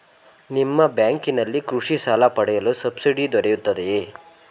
ನಿಮ್ಮ ಬ್ಯಾಂಕಿನಲ್ಲಿ ಕೃಷಿ ಸಾಲ ಪಡೆಯಲು ಸಬ್ಸಿಡಿ ದೊರೆಯುತ್ತದೆಯೇ?